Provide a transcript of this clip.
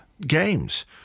games